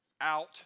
out